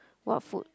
what food